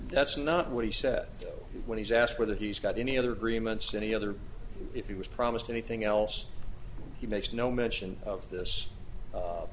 that's not what he said when he's asked whether he's got any other agreements any other if he was promised anything else he makes no mention of this